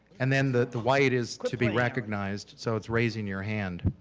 and then the the white is to be recognized so it's raising your hand.